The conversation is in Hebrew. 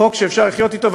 חוק שאפשר לחיות אתו.